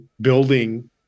building